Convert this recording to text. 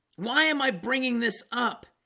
why am i bringing this up?